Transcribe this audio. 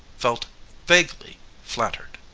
felt vaguely flattered.